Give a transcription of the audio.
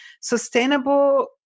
sustainable